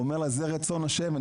זה רצון השם,